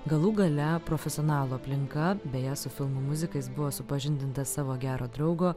galų gale profesionalų aplinka beje su filmų muzikais buvo supažindintas savo gero draugo